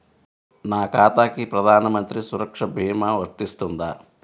నా ఖాతాకి ప్రధాన మంత్రి సురక్ష భీమా వర్తిస్తుందా?